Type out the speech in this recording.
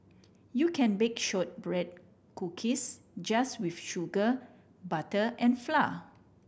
you can bake shortbread cookies just with sugar butter and flour